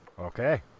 Okay